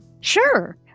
Sure